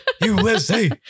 USA